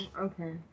Okay